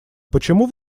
почему